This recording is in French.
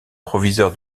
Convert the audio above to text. proviseur